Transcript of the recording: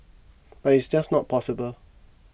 but it's just not possible